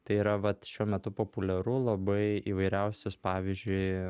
tai yra vat šiuo metu populiaru labai įvairiausius pavyzdžiui